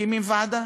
מקימים ועדה.